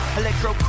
electro